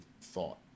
thought